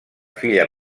filla